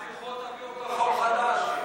רגע, רגע, אז תלכו, תביאו כחול חדש.